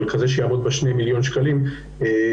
אבל כזה שיעמוד בשני מיליון שקלים להכשרות,